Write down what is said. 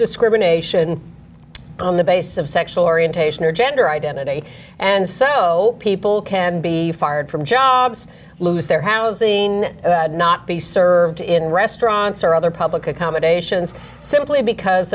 discrimination on the basis of sexual orientation or gender identity and so people can be fired from jobs lose their housing and not be served in restaurants or other public accommodations simply because